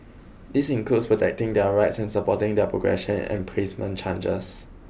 this includes protecting their rights and supporting their progression and placement chances